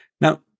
now